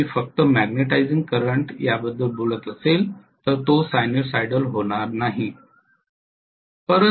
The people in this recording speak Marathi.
जर मी फक्त मॅग्नेटिझिंग करंट याबद्दल बोलत असेल तर ते सायनुसायडल होणार नाहीत